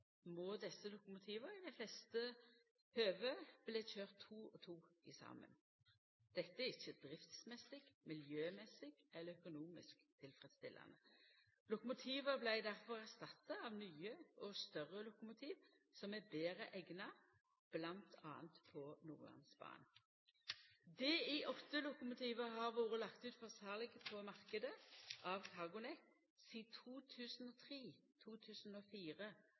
må desse lokomotiva i dei fleste høve bli køyrde to og to saman. Dette er ikkje driftsmessig, miljømessig eller økonomisk tilfredstillande. Lokomotiva vart difor erstatta av nye og større lokomotiv som er betre eigna m.a. på Nordlandsbanen. Di 8-lokomotiva har vore lagde ut for sal på marknaden av CargoNet sidan